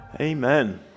Amen